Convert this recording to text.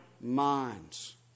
minds